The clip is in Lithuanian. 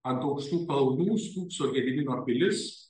ant aukštų kalnų stūkso gedimino pilis